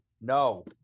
no